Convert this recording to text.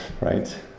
right